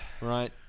right